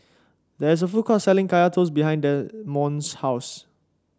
there is a food court selling Kaya Toast behind Demond's house